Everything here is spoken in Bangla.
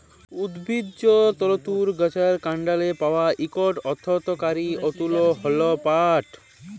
উদ্ভিজ্জ তলতুর গাহাচের কাল্ডলে পাউয়া ইকট অথ্থকারি তলতু হ্যল পাট